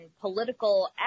political